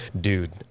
dude